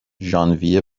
ژانویه